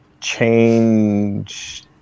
change